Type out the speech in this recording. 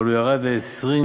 אבל הוא ירד ל-20.2